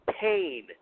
pain